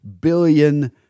billion